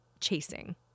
chasing